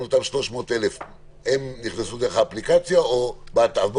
אותם 300,000 נכנסו דרך האפליקציה או באתר?